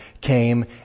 came